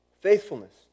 Faithfulness